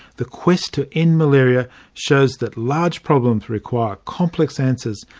the quest to end malaria shows that large problems require complex answers,